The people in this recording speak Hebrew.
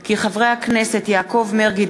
כי חברי הכנסת יעקב מרגי,